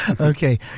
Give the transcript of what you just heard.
Okay